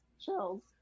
Chills